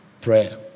prayer